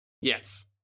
Yes